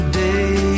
day